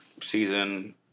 season